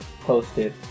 posted